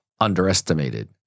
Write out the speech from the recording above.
underestimated